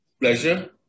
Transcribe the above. pleasure